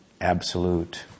absolute